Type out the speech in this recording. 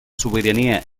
sobirania